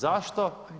Zašto?